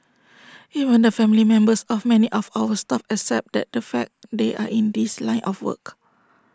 even the family members of many of our staff accept that the fact they are in this line of work